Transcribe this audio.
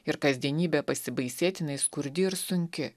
ir kasdienybė pasibaisėtinai skurdi ir sunki